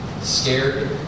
scared